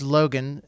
Logan